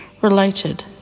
related